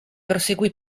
proseguì